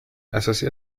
associée